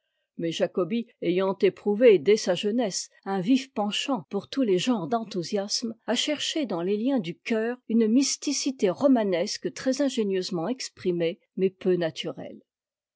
mais jacobi ayant éprouvé des sa jeunesse un vif penchant pour tous les genres d'enthousiasme a cherché dans les liens du cœur une mysticité romanesque très ingénieusement exprimée mais peu naturelle